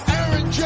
Aaron